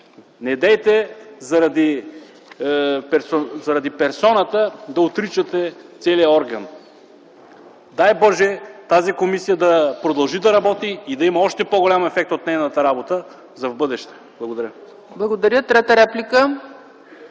недейте заради персоната да отричате целия орган. Дай Боже, тази комисия да продължи да работи и да има още по-голям ефект от нейната работа в бъдеще. Благодаря.